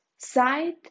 side